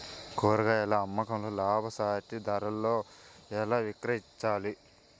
కూరగాయాల అమ్మకంలో లాభసాటి ధరలలో ఎలా విక్రయించాలి?